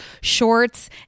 shorts